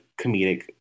comedic